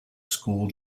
school